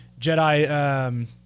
Jedi